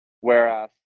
Whereas